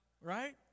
Right